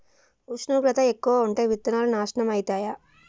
ఉష్ణోగ్రత ఎక్కువగా ఉంటే విత్తనాలు నాశనం ఐతయా?